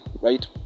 right